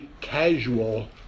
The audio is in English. casual